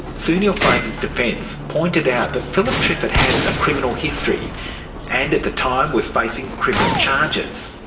sue neill-fraser's defence pointed out that phillip triffett has a criminal history and at the time was facing criminal charges.